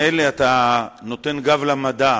מילא אתה נותן גב למדע,